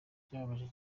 byababaje